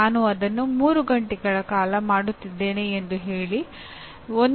ನಾನು ಅದನ್ನು 3 ಗಂಟೆಗಳ ಕಾಲ ಮಾಡುತ್ತಿದ್ದೇನೆ ಎಂದು ಹೇಳಿ 1